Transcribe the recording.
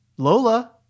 Lola